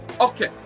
Okay